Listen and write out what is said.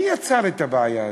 מי יצר את הבעיה הזאת?